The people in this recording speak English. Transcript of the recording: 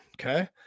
Okay